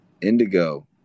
indigo